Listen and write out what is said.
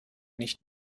nicht